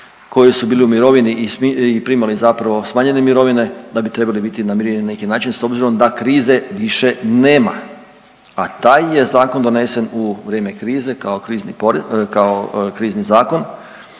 koji su bili u mirovini i primali zapravo smanjene mirovine, da bi trebali biti namireni na neki način, s obzirom da krize više nema, a taj je zakon donesen u vrijeme krize kao krizni